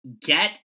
get